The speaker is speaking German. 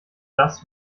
das